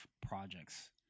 projects